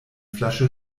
flasche